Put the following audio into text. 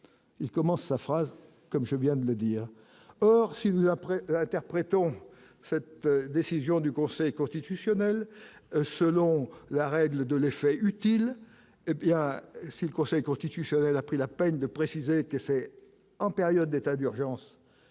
il commence sa phrase comme je viens de le dire, or si vous après interprétons cette décision du Conseil constitutionnel, selon la règle de l'effet utile et puis y a aussi le Conseil constitutionnel a pris la peine de préciser que c'est en période d'état d'urgence,